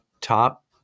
top